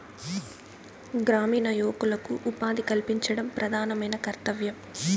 గ్రామీణ యువకులకు ఉపాధి కల్పించడం ప్రధానమైన కర్తవ్యం